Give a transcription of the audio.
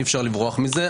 אי אפשר לברוח מזה.